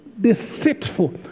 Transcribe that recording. deceitful